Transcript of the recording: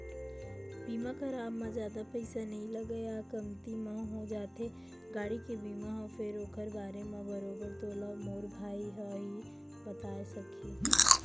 बीमा कराब म जादा पइसा नइ लगय या कमती म हो जाथे गाड़ी के बीमा ह फेर ओखर बारे म बरोबर तोला मोर भाई ह ही बताय सकही